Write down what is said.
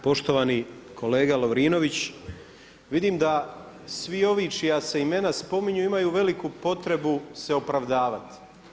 Poštovani kolega Lovrinović, vidim da svi ovi čija se imena spominju imaju veliku potrebu se opravdavati.